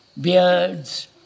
beards